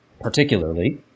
particularly